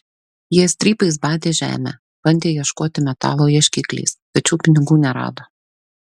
jie strypais badė žemę bandė ieškoti metalo ieškikliais tačiau pinigų nerado